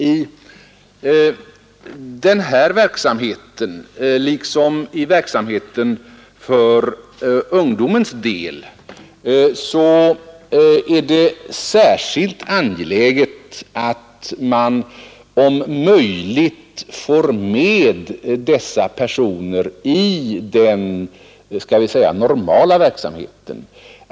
I denna verksamhet, liksom i all verksamhet för ungdomens del, är det särskilt angeläget att man om möjligt får med dessa personer i den normala verksamheten, om vi skall använda det uttrycket.